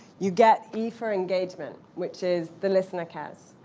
you get e for engagement, which is the listener cares.